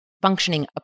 functioning